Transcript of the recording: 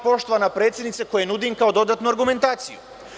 Poštovana predsednice, tri su stvari koji nudim kao dodatnu argumentaciju.